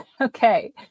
Okay